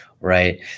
Right